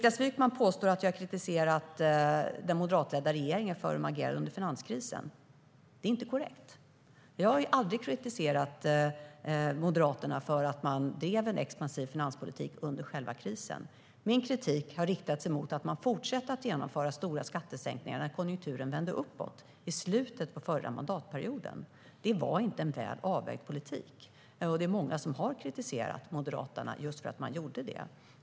Niklas Wykman påstår att jag har kritiserat den moderatledda regeringen för hur man agerade under finanskrisen. Det är inte korrekt. Jag har aldrig kritiserat Moderaterna för att man drev en expansiv finanspolitik under själva krisen. Min kritik har riktat sig mot att man fortsatte att genomföra stora skattesänkningar när konjunkturen vände uppåt i slutet av förra mandatperioden. Det var inte en väl avvägd politik, och det är många som har kritiserat Moderaterna för att man gjorde det.